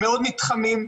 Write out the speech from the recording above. מעוד מתחמים.